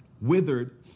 withered